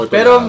Pero